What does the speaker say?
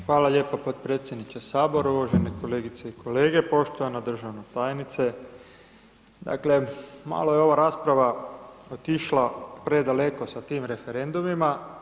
Hvala lijepo podpredsjedniče sabora, uvažene kolegice i kolege, poštovana državna tajnice, dakle malo je ova rasprava otišla predaleko sa tim referendumima.